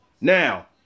now